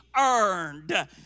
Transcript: earned